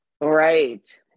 Right